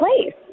place